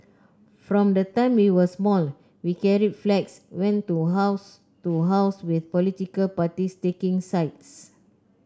from the time we were small we carried flags went to house to house with political parties taking sides